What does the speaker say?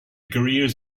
careers